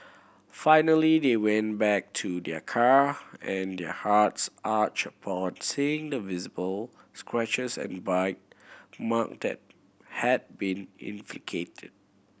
finally they went back to their car and their hearts ached upon seeing the visible scratches and bite mark that had been inflicted